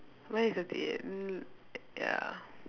mine is forty eight mm ya